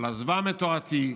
"על עזבם את תורתי",